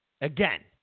Again